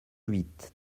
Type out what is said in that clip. huit